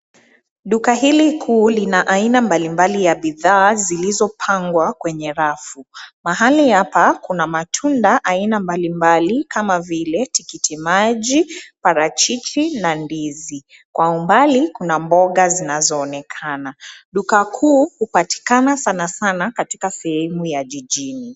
Duka hili kuu lina aina mbalimbali za bidhaa zilizopangwa kwenye rafu. Mahali hapa kuna matunda aina mbalimbali kama vile tikitimaji, parachichi na ndizi. Kwa umbali, kuna mboga zinazoonekana. Duka kuu hupatikana sanasana katika sehemu ya jijini.